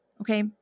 Okay